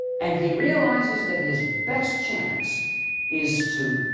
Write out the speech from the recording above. and he realizes that his best chance is to